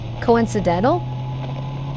Coincidental